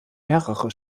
mehrere